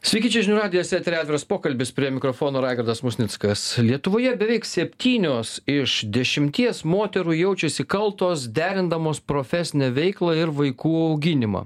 sveiki čia žinių radijas etery atviras pokalbis prie mikrofono raigardas musnickas lietuvoje beveik septynios iš dešimties moterų jaučiasi kaltos derindamos profesinę veiklą ir vaikų auginimą